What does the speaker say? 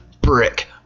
brick